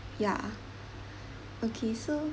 ya okay so